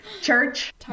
church